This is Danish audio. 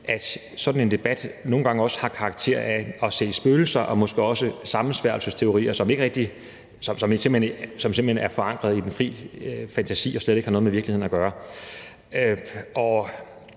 at sådan en debat nogle gange også har karakter af at se spøgelser og måske også sammensværgelsesteorier, som simpelt hen er forankret i fri fantasi og slet ikke har noget med virkeligheden at gøre.